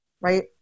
right